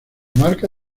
marca